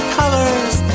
colors